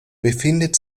befindet